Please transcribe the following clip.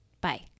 Bye